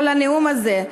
כל הנאום הזה.